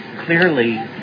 clearly